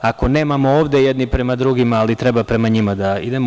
Ako nemamo ovde jedni prema drugima, ali treba prema njima da imamo.